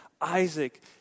Isaac